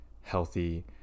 healthy